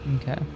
Okay